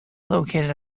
located